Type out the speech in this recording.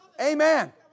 Amen